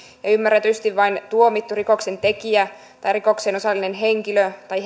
ja ymmärretysti vain tuomittu rikoksentekijä tai rikokseen osallinen henkilö tai